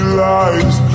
lies